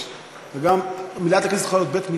שכשאתה